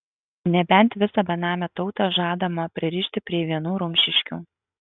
nebent visą benamę tautą žadama pririšti prie vienų rumšiškių